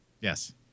Yes